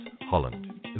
Holland